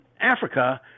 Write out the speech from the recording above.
Africa